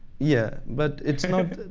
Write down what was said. yeah, but it's not